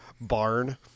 barn